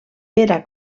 era